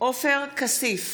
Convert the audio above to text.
עופר כסיף,